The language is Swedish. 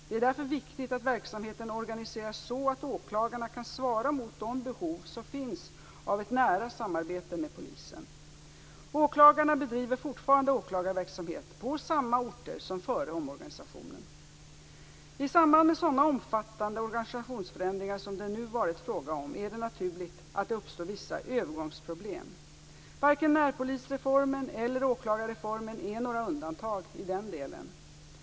Det är därför viktigt att verksamheten organiseras så att åklagarna kan svara mot de behov som finns av ett nära samarbete med polisen. Åklagarna bedriver fortfarande åklagarverksamhet på samma orter som före omorganisationen. I samband med sådana omfattande organisationsförändringar som det nu har varit fråga om, är det naturligt att det uppstår vissa övergångsproblem. Varken närpolisreformen eller åklgarreformen är några undantag i den delen.